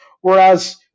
Whereas